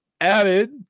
Added